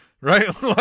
right